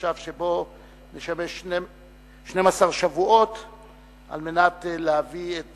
המושב שבו נשמש 12 שבועות על מנת להביא את